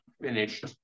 finished